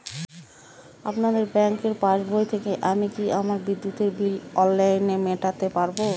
আপনাদের ব্যঙ্কের পাসবই থেকে আমি কি আমার বিদ্যুতের বিল অনলাইনে মেটাতে পারবো?